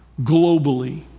globally